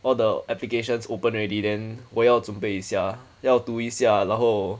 all the applications open already then 我要准备一下要读一下然后